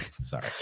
Sorry